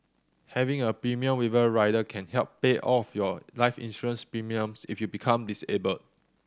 having a premium waiver rider can help pay all of your life insurance premiums if you become disabled